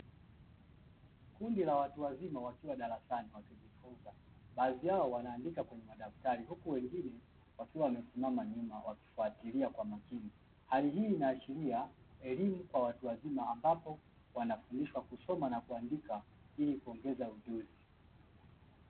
Kundi la watu wazima wakiwa darasani wakijifunza baadhi yao wanaandika kwenye madaftari, huku wengine wakiwa wamesimama nyuma wakifatilia kwa umakini, hali hii inaashiria elimu kwa watu wazima ambapo wanafundishwa kusoma na kuandika ili kuongeza ujuzi.